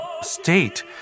state